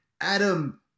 adam